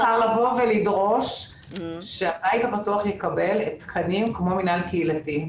אי אפשר לבוא ולדרוש שהבית הפתוח יקבל תקנים כמו מינהל קהילתי.